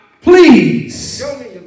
please